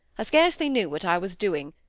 scarcely knew what i was doing,